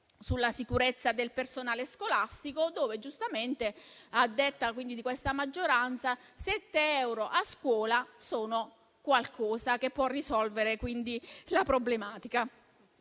sulla sicurezza del personale scolastico, in cui giustamente, a detta di questa maggioranza, 7 euro a scuola sono qualcosa che può risolvere la problematica.